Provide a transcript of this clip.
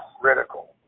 critical